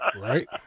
Right